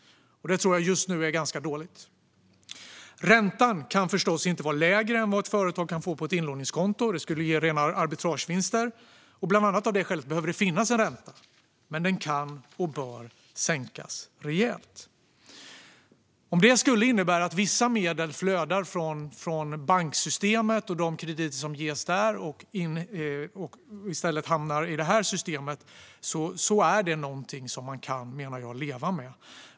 Det tror jag just nu är ganska dåligt. Räntan kan förstås inte vara lägre än vad ett företag kan få på ett inlåningskonto; det skulle ge rena arbitragevinster. Bland annat av det skälet behöver det finnas en ränta, men den kan och bör sänkas rejält. Om det skulle innebära att vissa medel flödar från banksystemet och de krediter som ges där och i stället hamnar i detta system menar jag att det är någonting som man kan leva med.